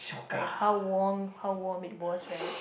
like how warm how warm it was right